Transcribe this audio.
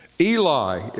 Eli